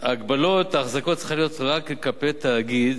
הגבלת החזקות צריכה להיות רק כלפי תאגיד,